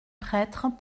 prêtre